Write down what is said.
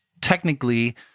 technically